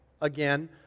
again